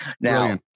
Now